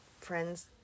friends